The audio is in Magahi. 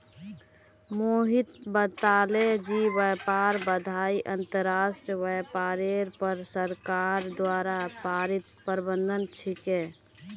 मोहित बताले जे व्यापार बाधाएं अंतर्राष्ट्रीय व्यापारेर पर सरकार द्वारा प्रेरित प्रतिबंध छिके